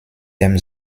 dem